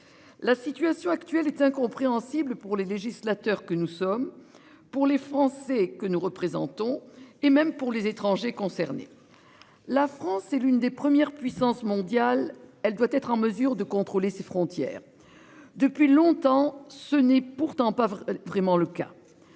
La situation actuelle est incompréhensible pour les législateurs que nous sommes pour les Français que nous représentons et même pour les étrangers concernés. La France c'est l'une des premières puissances mondiales, elle doit être en mesure de contrôler ses frontières. Depuis longtemps, ce n'est pourtant pas vraiment le cas.